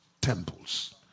temples